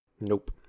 Nope